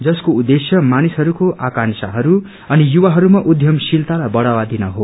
यसको उद्देश्य मानिसहरूको आकांबाहरू अनि युवाहरूमा उद्यमशीलतालाई बढावा दिन हो